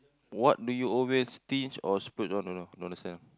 what do you always stinge or splurge on don't know don't understand